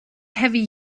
heavy